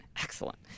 Excellent